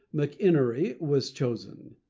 mcenery, was chosen.